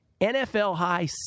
NFL-high